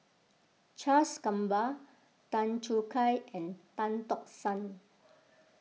Charles Gamba Tan Choo Kai and Tan Tock San